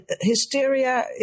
hysteria